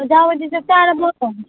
ꯑꯣꯖꯥ ꯍꯣꯏꯗꯤ ꯆꯥꯛ ꯆꯥꯔꯕꯣ